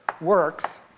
works